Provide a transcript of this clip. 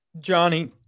Johnny